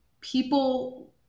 people